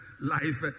life